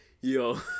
Yo